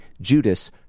Judas